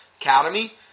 Academy